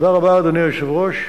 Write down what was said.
תודה רבה, אדוני היושב-ראש.